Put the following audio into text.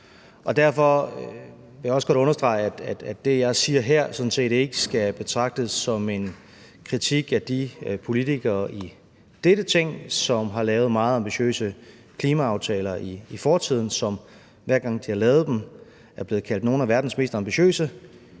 derfor vil jeg også godt understrege, at det, jeg siger her, sådan set ikke skal betragtes som en kritik af de politikere i dette Ting, som har lavet meget ambitiøse klimaaftaler i fortiden, og som, hver gang de har lavet dem, er blevet kaldt nogle af verdens mest ambitiøse,